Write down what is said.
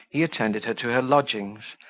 he attended her to her lodgings,